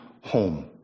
home